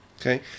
Okay